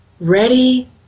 ready